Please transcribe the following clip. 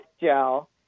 gel